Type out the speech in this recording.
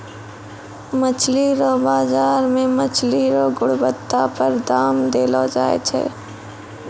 मछली रो बाजार मे मछली रो गुणबत्ता पर दाम देलो जाय छै